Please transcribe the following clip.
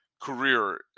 career